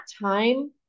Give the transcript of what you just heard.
time